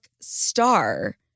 star